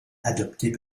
adoptées